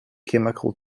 chemical